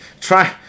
try